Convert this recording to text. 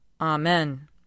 Amen